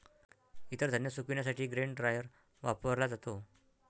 इतर धान्य सुकविण्यासाठी ग्रेन ड्रायर वापरला जातो